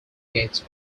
gates